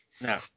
No